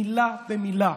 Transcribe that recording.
מילה במילה,